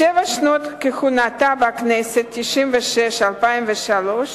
בשבע שנות כהונתה בכנסת, 1996 2003,